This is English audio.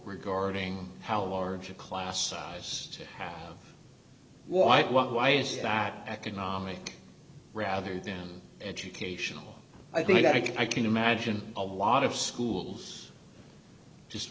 regarding how large a class size why why is that economic rather than educational i think i can imagine a lot of schools just